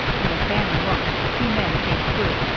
and as bannon looked, two men came through,